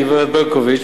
גברת ברקוביץ,